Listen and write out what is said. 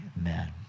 amen